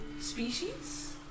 species